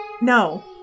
No